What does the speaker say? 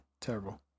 terrible